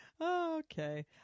Okay